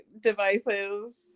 devices